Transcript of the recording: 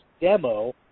demo